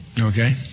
Okay